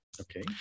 Okay